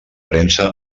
premsa